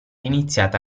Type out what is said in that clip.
iniziata